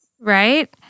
right